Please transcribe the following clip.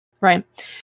right